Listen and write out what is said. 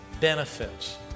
benefits